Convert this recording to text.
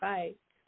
Bye